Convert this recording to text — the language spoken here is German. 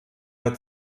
hat